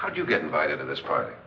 how do you get invited to this party